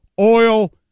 oil